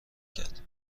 کرد